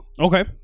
Okay